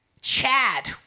Chad